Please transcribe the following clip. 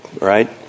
Right